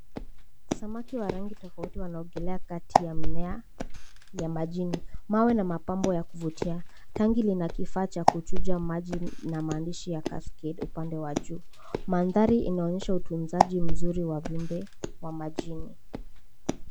Samaki wa rangi tofauti wanaogelea kati ya mmea ya majini. Mawe na mapambo ya kuvutia. Tangi lina kifaa cha kuchuja maji na maandishi ya Cascade upande wa juu. Mandhari inaonyesha utunzaji mzuri wa viumbe wa majini.